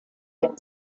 been